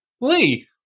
lee